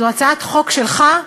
זו הצעת חוק שלך,